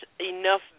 enough